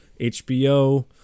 hbo